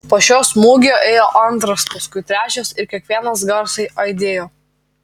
po šio smūgio ėjo antras paskui trečias ir kiekvienas garsiai aidėjo